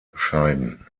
scheiden